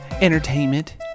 entertainment